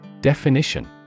Definition